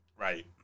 Right